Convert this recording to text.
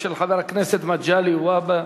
של חבר הכנסת מגלי והבה.